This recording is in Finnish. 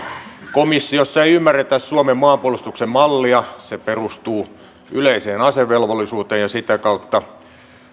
komissiossa ei ymmärretä suomen maanpuolustuksen mallia se perustuu yleiseen asevelvollisuuteen ja sitä kautta